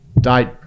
date